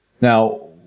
now